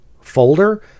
folder